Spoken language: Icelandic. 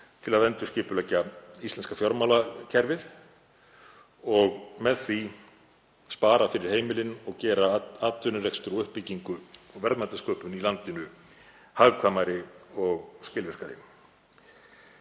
til að endurskipuleggja íslenska fjármálakerfið og með því spara fyrir heimilin og gera atvinnurekstur og uppbyggingu og verðmætasköpun í landinu hagkvæmari og skilvirkari.